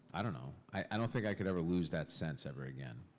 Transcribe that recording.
i don't know. i don't think i could ever lose that sense ever again.